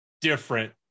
different